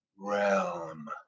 Realm